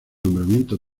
nombramiento